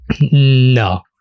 no